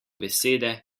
besede